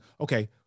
okay